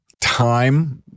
time